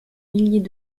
milliers